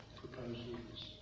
proposals